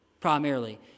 primarily